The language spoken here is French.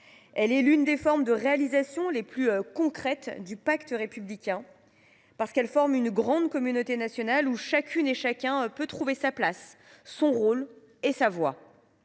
Elle est l’une des formes de réalisation les plus concrètes du pacte républicain : parce qu’elle forme une grande communauté nationale où chacune et chacun peut trouver sa place, son rôle et sa voix